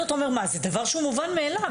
אתה אומר: זה דבר שהוא מובן מאליו.